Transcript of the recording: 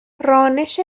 رانش